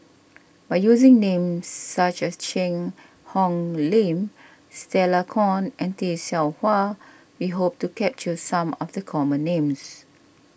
by using names such as Cheang Hong Lim Stella Kon and Tay Seow Huah we hope to capture some of the common names